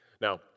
Now